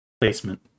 placement